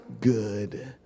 good